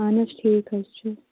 اَہن حظ ٹھیٖک حظ چھُ